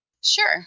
Sure